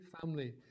family